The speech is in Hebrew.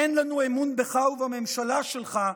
אין לנו אמון בך ובממשלה שלך,